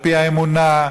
על-פי האמונה,